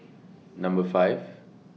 Number five